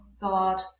God